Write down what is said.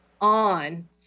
on